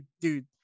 dude